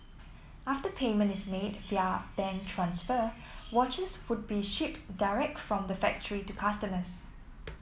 after payment is made via bank transfer watches would be shipped direct from the factory to customers